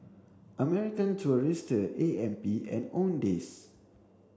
American Tourister A M P and Owndays